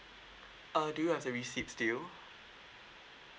uh do you have the receipt still